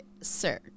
sir